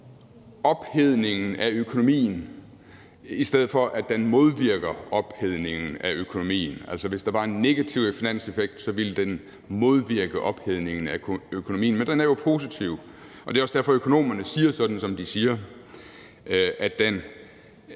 ophedningen af økonomien, i stedet for at den modvirker ophedningen af økonomien. Altså, hvis der var en negativ finanseffekt, ville den modvirke ophedningen af økonomien. Men den er jo positiv. Det er også derfor, økonomerne siger sådan, som de siger: at de